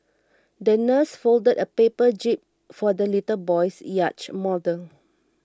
the nurse folded a paper jib for the little boy's yacht model